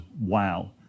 wow